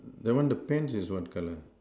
that one the pants is what colour